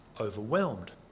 overwhelmed